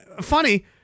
funny